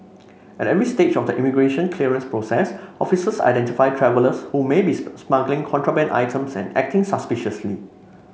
at every stage of the immigration clearance process officers identify travellers who may be smuggling contraband items and acting suspiciously